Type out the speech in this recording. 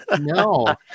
no